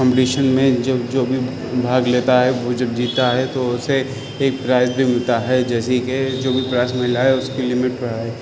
competition میں جو جو بھی بھاگ لیتا ہے وہ جب جیتا ہے تو اسے ایک پرائز بھی ملتا ہے جیسے کہ جو بھی پرائز ملا ہے اس کی لمٹ بڑھائے